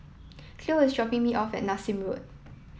Cleo is dropping me off at Nassim Road